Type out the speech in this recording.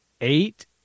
eight